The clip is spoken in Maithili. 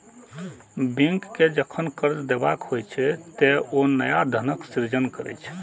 बैंक कें जखन कर्ज देबाक होइ छै, ते ओ नया धनक सृजन करै छै